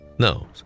No